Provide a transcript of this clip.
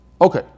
Okay